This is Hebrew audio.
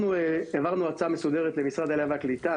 אנחנו העברנו הצעה מסודרת למשרד העלייה והקליטה,